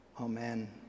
Amen